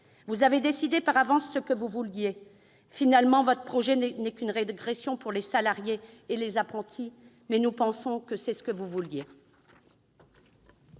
Vous avez décidé par avance de ce que vous vouliez. Finalement votre projet n'est qu'une régression pour les salariés et les apprentis, mais nous pensons que c'est ce que vous vouliez.